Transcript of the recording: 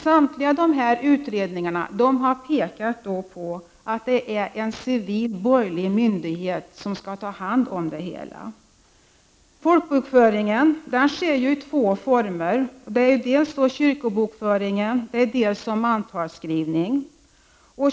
Samtliga dessa utredningar har visat att det är en civil borgerlig myndighet som skall ta hand om det hela. Folkbokföringen sker ju i två former — dels kyrkobokföring, dels mantals skrivning.